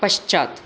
पश्चात्